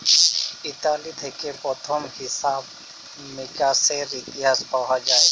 Italy থেক্যে প্রথম হিছাব মিকাশের ইতিহাস পাওয়া যায়